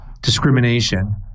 discrimination